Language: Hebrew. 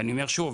ואני אומר שוב,